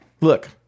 look